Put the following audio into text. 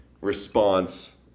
response